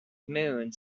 moons